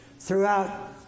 Throughout